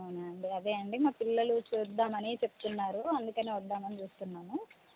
అవునాండి అదే అండి మా పిల్లలు చూద్దామని చెప్తున్నారు అందుకనే వద్దామని చూస్తున్నాను